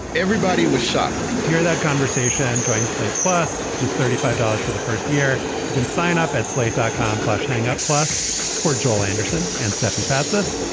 everybody was shocked to hear that conversation joint slate, plus just thirty five dollars for the first year. you can sign up at slate dot com, plus hangout plus for joel anderson and stefan fatsis.